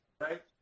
Right